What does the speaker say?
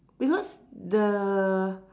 because the